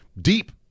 deep